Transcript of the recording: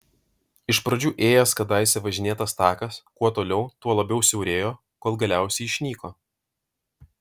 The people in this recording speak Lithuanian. iš pradžių ėjęs kadaise važinėtas takas kuo toliau tuo labiau siaurėjo kol galiausiai išnyko